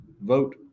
vote